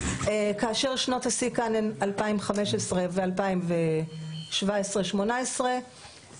כאשר שנות השיא כאן הן 2015 ו- 2017-18 ושוב,